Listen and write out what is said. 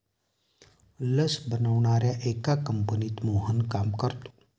लस बनवणाऱ्या एका कंपनीत मोहन काम करतो